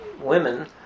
women